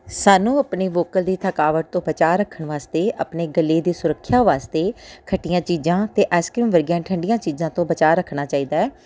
ਸਾਨੂੰ ਆਪਣੀ ਵੋਕਲ ਦੀ ਥਕਾਵਟ ਤੋਂ ਬਚਾਅ ਰੱਖਣ ਵਾਸਤੇ ਆਪਣੇ ਗਲੇ ਦੀ ਸੁਰੱਖਿਆ ਵਾਸਤੇ ਖੱਟੀਆਂ ਚੀਜ਼ਾਂ ਅਤੇ ਆਈਸਕ੍ਰੀਮ ਵਰਗੀਆਂ ਠੰਢੀਆਂ ਚੀਜ਼ਾਂ ਤੋਂ ਬਚਾਅ ਰੱਖਣਾ ਚਾਹੀਦਾ ਹੈ